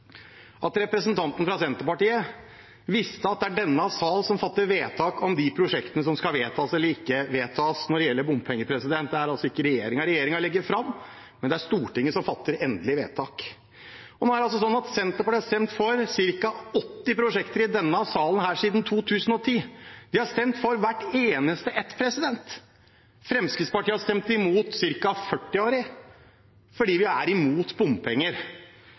denne salen som fatter vedtak om de prosjektene som skal vedtas eller ikke vedtas når det gjelder bompenger. Det er altså ikke regjeringen. Regjeringen legger det fram, men det er Stortinget som fatter endelig vedtak. Senterpartiet har stemt for ca. 80 prosjekter i denne salen siden 2010. De har stemt for hvert eneste ett. Fremskrittspartiet har stemt imot ca. 40 av dem, fordi vi er imot bompenger.